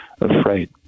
Afraid